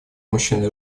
мужчины